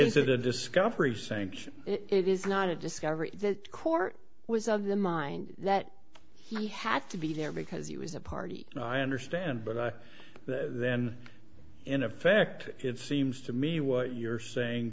incident discovery sanction it is not a discovery the court was of the mind that he had to be there because he was a party i understand but i then in effect it seems to me what you're saying